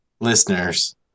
listeners